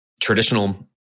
traditional